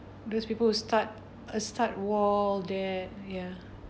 those people will start uh start wall that ya